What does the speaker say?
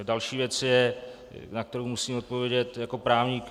Další věc je, na kterou musím odpovědět jako právník.